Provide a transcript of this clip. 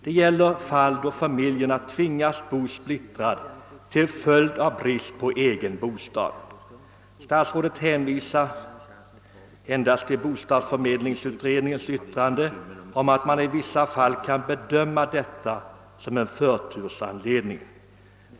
Det gäller de fall då familjer tvingas bo splittrade till följd av brist på egen bostad. Statsrådet hänvisade i detta avseende endast till bostadsförmedlingsutredningens yttrande, att man i vissa fall kan bedöma sådant förhållande som förtursanledning.